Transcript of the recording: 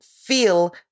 feel